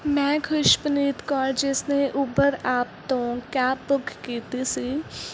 ਮੈਂ ਖੁਸ਼ਪਨੀਤ ਕੌਰ ਜਿਸਨੇ Uber app ਤੋਂ ਕੈਪ ਬੁੱਕ ਕੀਤੀ ਸੀ